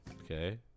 okay